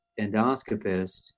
endoscopist